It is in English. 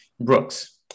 Brooks